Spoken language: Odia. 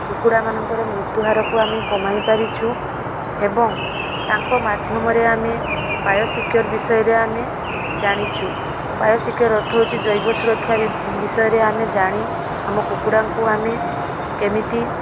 କୁକୁଡ଼ାମାନଙ୍କର ମୃତ୍ୟୁହାରକୁ ଆମେ କମାଇ ପାରିଛୁ ଏବଂ ତାଙ୍କ ମାଧ୍ୟମରେ ଆମେ ବାୟୋସିକ୍ୟୋର୍ ବିଷୟରେ ଆମେ ଜାଣିଛୁ ବାୟୋସିକ୍ୟୋର୍ ଅର୍ଥ ହେଉଛି ଜୈବ ସୁରକ୍ଷା ବିଷୟରେ ଆମେ ଜାଣି ଆମ କୁକୁଡ଼ାଙ୍କୁ ଆମେ କେମିତି